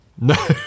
No